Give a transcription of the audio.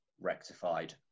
rectified